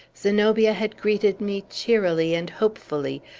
zenobia had greeted me cheerily and hopefully,